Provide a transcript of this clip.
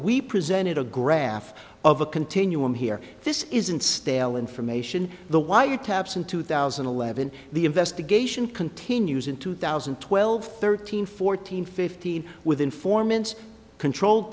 we presented a graph of a continuum here this isn't stale information the wire taps in two thousand and eleven the investigation continues in two thousand and twelve thirteen fourteen fifteen with informants controlled